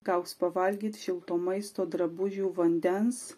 gaus pavalgyt šilto maisto drabužių vandens